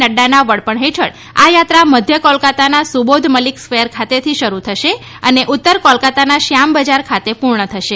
નક્રાના વડપણ હેઠળ આ યાત્રા મધ્ય કોલકાતાના સુબોધ મલીક સ્કવેર ખાતેથી શરૂ થશે અને ઉત્તર કોલકાતાના શ્યામ બજાર ખાતે પૂર્ણ થશે